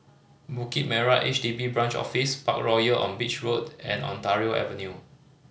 Bukit Merah H D B Branch Office Parkroyal on Beach Road and Ontario Avenue